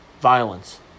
violence